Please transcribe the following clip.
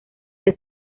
que